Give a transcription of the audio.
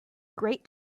great